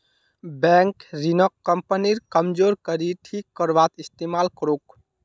bank ऋणक कंपनीर कमजोर कड़ी ठीक करवात इस्तमाल करोक